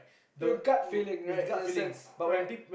the gut feeling right in the sense right